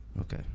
Okay